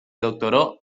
doctoró